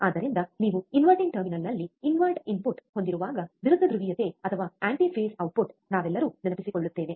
ಆದ್ದರಿಂದ ನೀವು ಇನ್ವರ್ಟಿಂಗ್ ಟರ್ಮಿನಲ್ನಲ್ಲಿ ಇನ್ವರ್ಟ್ ಇನ್ಪುಟ್ ಹೊಂದಿರುವಾಗ ವಿರುದ್ಧ ಧ್ರುವೀಯತೆ ಅಥವಾ ಆಂಟಿ ಫೇಸ್ ಔಟ್ಪುಟ್ ನಾವೆಲ್ಲರೂ ನೆನಪಿಸಿಕೊಳ್ಳುತ್ತೇವೆ